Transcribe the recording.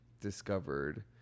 discovered